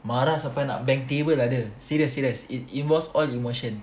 marah sampai nak bang table ada serious serious it it was all emotion